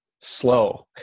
slow